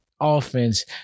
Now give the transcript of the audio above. offense